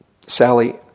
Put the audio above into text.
Sally